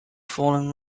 fallen